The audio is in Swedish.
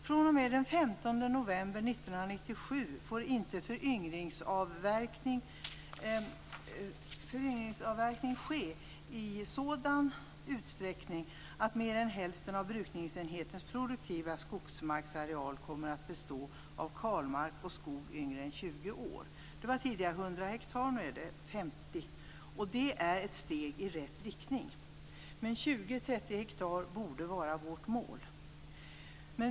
fr.o.m. den 15 november 1997 får inte föryngringsavverkning ske i sådan utsträckning att mer än hälften av brukningsenhetens produktiva skogsmarksareal kommer att bestå av kalmark och skog yngre än 20 år. Det var tidigare 100 ha, nu är det 50. Det är ett steg i rätt riktning. Men 20-30 ha borde vara vårt mål.